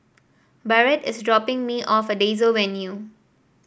Barrett is dropping me off at Daisy Avenue